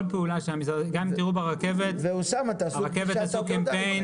גם תראו ברכבת, ברכבת עשו קמפיין